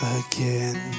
again